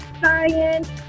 science